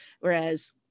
whereas